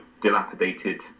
dilapidated